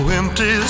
empty